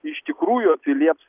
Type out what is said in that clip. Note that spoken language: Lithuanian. iš tikrųjų atsilieps